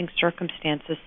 circumstances